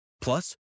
Plus